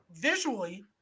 visually